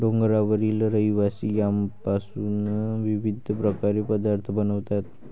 डोंगरावरील रहिवासी यामपासून विविध प्रकारचे पदार्थ बनवतात